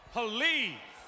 Police